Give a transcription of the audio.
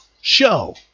show